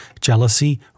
jealousy